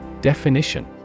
Definition